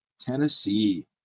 Tennessee